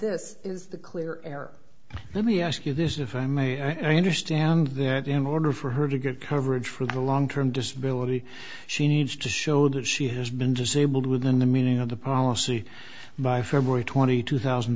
this is the clear error let me ask you this if i may i understand that in order for her to get coverage for the long term disability she needs to show that she has been disabled within the meaning of the policy by february twenty two thousand